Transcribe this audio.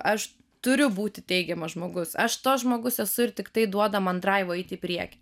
aš turiu būti teigiamas žmogus aš toks žmogus esu ir tik tai duoda man draivo eiti į priekį